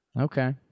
Okay